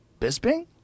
Bisping